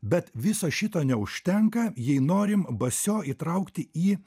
bet viso šito neužtenka jei norim basio įtraukti į